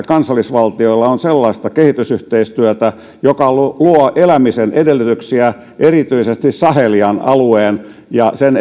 kansallisvaltioilla on sellaista kehitysyhteistyötä joka luo luo elämisen edellytyksiä erityisesti sahelin alueelle ja sen